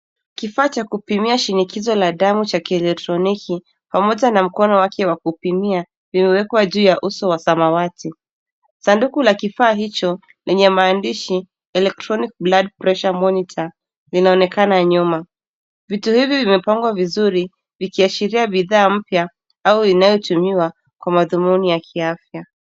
Kifaa cha kupimia shinikizo la damu cha kielektroniki pamoja na mkono wake wa kupimia vimewekwa juu ya uso wa samawati. Sanduku la kifaa hicho lenye maandishi electronic blood pressure monitor linaonekana nyuma. Vitu hivi vimepangwa vizuri vikiashiria bidhaa mpya au inayotumiwa kwa madhumuni ya kiafya.